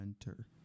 enter